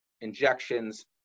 injections